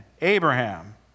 Abraham